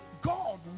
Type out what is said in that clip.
God